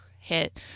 hit